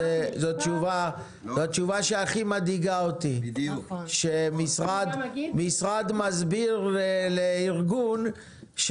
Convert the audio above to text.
זאת תשובה שהכי מדאיגה אותי שמשרד מסביר לארגון,